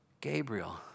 Gabriel